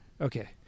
Okay